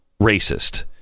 racist